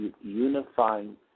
unifying